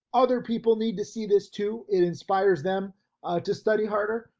other people need to see this too. it inspires them to study harder,